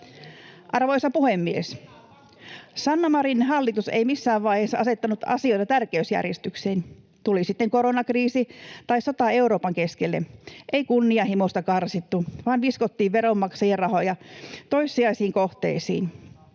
Arvoisa puhemies! Sanna Marinin hallitus ei missään vaiheessa asettanut asioita tärkeysjärjestykseen, tuli sitten koronakriisi tai sota Euroopan keskelle. Kunnianhimosta ei karsittu, vaan viskottiin veronmaksajien rahoja toissijaisiin kohteisiin.